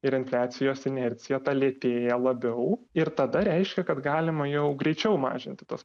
ir infliacijos inercija ta lėtėja labiau ir tada reiškia kad galima jau greičiau mažinti tas